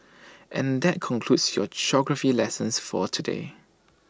and that concludes your geography lesson for the day